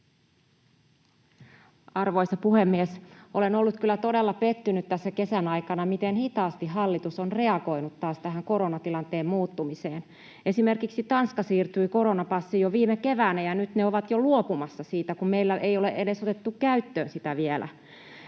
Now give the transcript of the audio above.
Arvoisa puhemies! Olen ollut kyllä todella pettynyt tässä kesän aikana siihen, miten hitaasti hallitus on reagoinut taas tähän koronatilanteen muuttumiseen. Esimerkiksi Tanska siirtyi koronapassiin jo viime keväänä ja nyt he ovat jo luopumassa siitä, kun meillä ei ole edes otettu käyttöön sitä vielä.